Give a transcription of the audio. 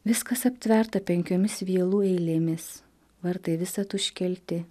viskas aptverta penkiomis vielų eilėmis vartai visad užkelti